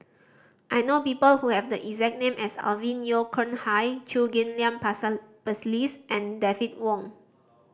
I know people who have the exact name as Alvin Yeo Khirn Hai Chew Ghim Lian Phyllis and David Wong